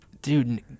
Dude